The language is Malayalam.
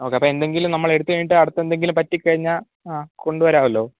ഓക്കെ അപ്പം എന്തെങ്കിലും നമ്മള് എടുത്ത് കഴിഞ്ഞിട്ട് അടുത്ത് എന്തെങ്കിലും പറ്റിക്കഴിഞ്ഞാൽ ആ കൊണ്ട് വരാമല്ലോ